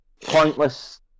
pointless